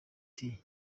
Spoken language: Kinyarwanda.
nti